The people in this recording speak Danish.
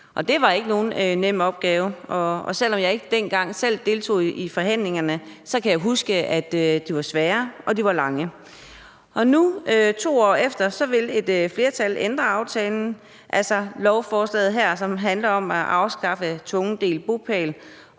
det var ikke nogen nem opgave. Selv om jeg ikke selv dengang deltog i forhandlingerne, kan jeg huske, at de var svære, og at de var lange. 2 år efter vil et flertal nu ændre aftalen i form af lovforslaget her, som handler om at afskaffe tvungen delt bopæl